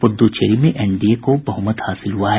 पुद्दुचेरी में एनडीए को बहुमत हासिल हुआ है